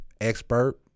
expert